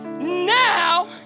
Now